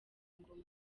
ngoma